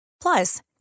plus